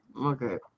Okay